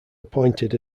appointed